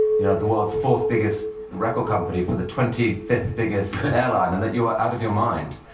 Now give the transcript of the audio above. you know, the world's fourth biggest record company for the twenty-fifth biggest airline and that you were out of your mind.